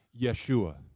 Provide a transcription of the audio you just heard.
Yeshua